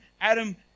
Adam